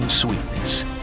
Sweetness